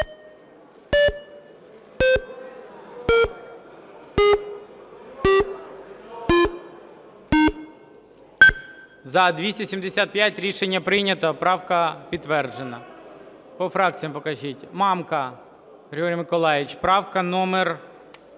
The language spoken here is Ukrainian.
За-275 Рішення прийнято. Правка підтверджена. По фракціям покажіть. Мамка Григорій Миколайович, правка номер